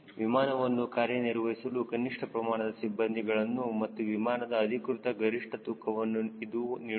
ವಿಮಾನವನ್ನು ಕಾರ್ಯನಿರ್ವಹಿಸಲು ಕನಿಷ್ಠ ಪ್ರಮಾಣದ ಸಿಬ್ಬಂದಿಗಳನ್ನು ಮತ್ತು ವಿಮಾನದ ಅಧಿಕೃತ ಗರಿಷ್ಠ ತೂಕವನ್ನು ಇದು ನೀಡುತ್ತದೆ